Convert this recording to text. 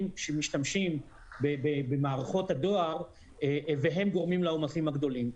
שמשתמשים במערכות הדואר והם גורמים לעומסים הגדולים.